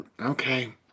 okay